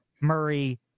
Murray